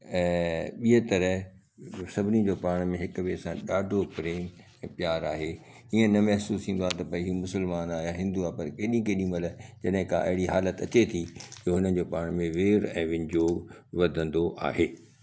ऐं ॿीअ तरह सभिनी जो पाण में हिक ॿिए सां ॾाढो प्रेम ऐं प्यारु आहे ईअं न महसूस थींदो आहे त भई इहो मुसलमान आ्हे या हिंदू आहे पर केॾी केॾी महिल जॾहिं का अहिड़ी हालति अचे थी कि हुन जो पाण में वेर ऐ इन जो वधंदो आहे